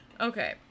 Okay